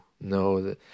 no